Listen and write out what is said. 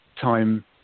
time